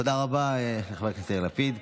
תודה רבה לחבר הכנסת יאיר לפיד.